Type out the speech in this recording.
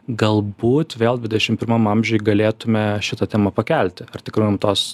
galbūt vėl dvidešim pirmam amžiuj galėtume šitą temą pakelti ar tikrai mum tos